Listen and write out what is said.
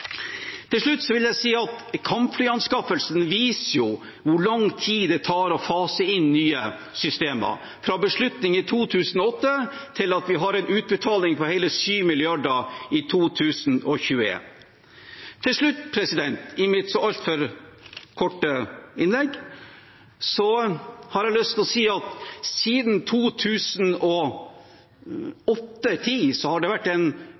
Til slutt vil jeg si at kampflyanskaffelsene viser hvor lang tid det tar å fase inn nye systemer – fra beslutningen i 2008 til vi har en utbetaling på hele 7 mrd. kr i 2021. Helt til slutt i mitt så altfor korte innlegg har jeg lyst til å si at siden 2008–2010 har det vært en